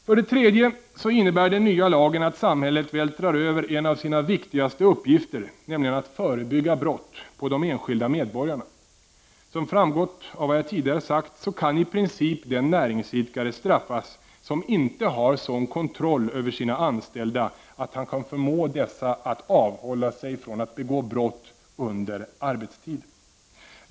För det tredje innebär den nya lagen att samhället vältrar över en av sina viktigaste uppgifter, att förebygga brott, på de enskilda medborgarna. Som framgått av vad jag tidigare sagt, kan i princip den näringsidkare straffas som inte har sådan kontroll över sina anställda, att han kan förmå dessa att avhålla sig från att begå brott under arbetstid.